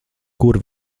kur